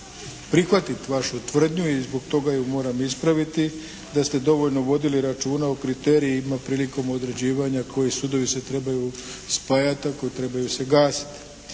prihvatiti vašu tvrdnju i zbog toga ju moram ispraviti. Da ste dovoljno vodili računa o kriterijima prilikom određivanja koji sudovi se trebaju spajati, a koji trebaju se gasiti.